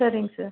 சரிங்க சார்